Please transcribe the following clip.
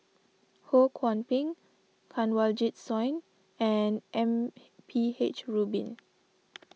Ho Kwon Ping Kanwaljit Soin and M P H Rubin